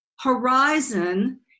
horizon